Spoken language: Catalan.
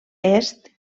est